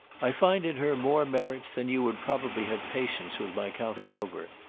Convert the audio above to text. i find in her more merits than you would probably have patience with my counting over.